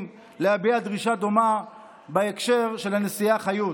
להביע דרישה דומה בהקשר של הנשיאה חיות,